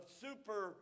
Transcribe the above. super